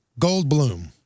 Goldblum